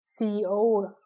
CEO